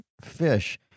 fish